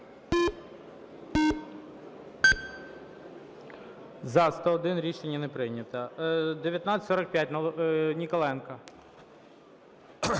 За-101 Рішення не прийнято. 1945, Ніколаєнко.